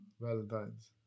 Valentine's